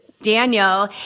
Daniel